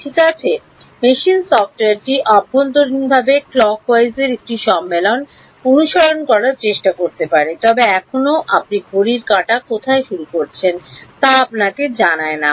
ঠিক আছে মেশিন সফ্টওয়্যারটি অভ্যন্তরীণভাবে ক্লকওয়াইজের একটি সম্মেলন অনুসরণ করার চেষ্টা করতে পারে তবে এখনও ঘড়ির কাঁটা কোথায় শুরু করছেন তা আপনাকে জানায় না